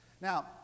Now